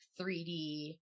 3D-